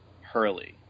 Hurley